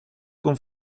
con